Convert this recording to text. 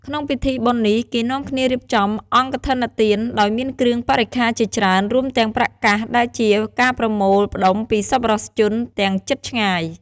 ក្នុងពិធីបុណ្យនេះ គេនាំគ្នារៀបចំអង្គកឋិនទាន ដោយមានគ្រឿងបរិក្ខារជាច្រើន រួមទាំងប្រាក់កាស ដែលជាការប្រមូលផ្ដុំពីសប្បុរសជនទាំងជិតឆ្ងាយ។